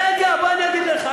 רגע, בוא אני אגיד לך.